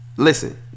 Listen